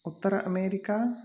Uttar America